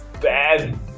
bad